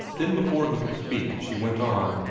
then before he could speak, she went on